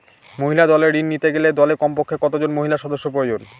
মহিলা দলের ঋণ নিতে গেলে দলে কমপক্ষে কত জন মহিলা সদস্য প্রয়োজন?